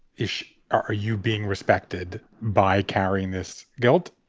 ish. are you being respected by carrying this guilt?